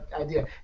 idea